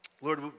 Lord